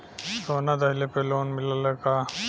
सोना दहिले पर लोन मिलल का?